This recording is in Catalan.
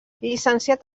llicenciat